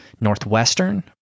Northwestern